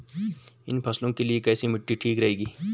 इन फसलों के लिए कैसी मिट्टी ठीक रहेगी?